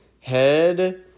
head